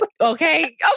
okay